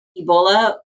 Ebola